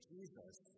Jesus